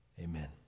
Amen